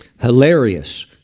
hilarious